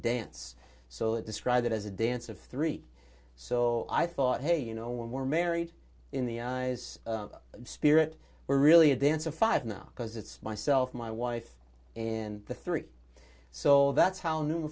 dance so it described it as a dance of three so i thought hey you know when we're married in the eyes of spirit we're really a dance of five now because it's myself my wife and the three so that's how new